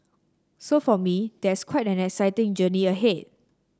so for me there's quite an exciting journey ahead